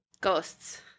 Ghosts